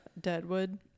Deadwood